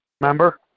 remember